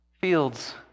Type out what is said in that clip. fields